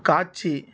காட்சி